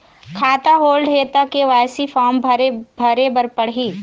खाता होल्ड हे ता के.वाई.सी फार्म भरे भरे बर पड़ही?